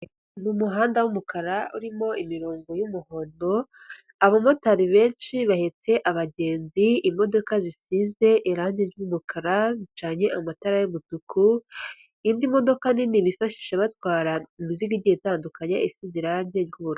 Ni umuhanda w'umukara urimo imirongo y'umuhondo; abamotari benshi bahetse abagenzi, imodoka zisize irangi ry'umukara zicanye amatara y'umutuku; indi modoka nini bifashisha batwara imizigo igiye itandukanye, isize irangi ry'ubururu.